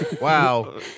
Wow